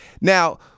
now